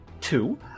Two